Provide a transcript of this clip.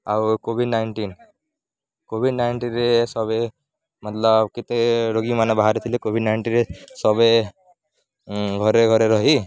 ଆଉ Covid nineteen Covid ନାଇଣ୍ଟିନ୍ରେ ସବେ ମତଲବ କେତେ ରୋଗୀମାନେ ବାହାରିଥିଲେ କୋଭିଡ଼୍ ନାଇଣ୍ଟିନ୍ରେ ସବେ ଘରେ ଘରେ ରହି